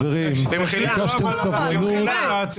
חברים, ביקשתם סבלנות.